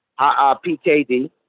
pkd